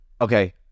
okay